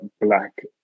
black